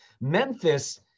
Memphis